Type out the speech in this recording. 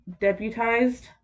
deputized